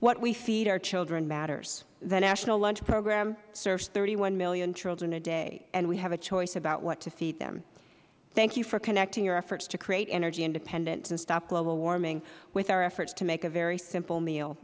what we feed our children matters the national lunch program serves thirty one million children a day we have a choice about what to feed them thank you for connecting your efforts to create energy independence and to stop global warming with our efforts to make a very simple meal